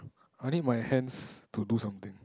I need my hands to do something